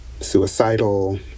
suicidal